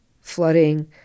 flooding